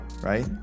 right